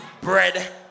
bread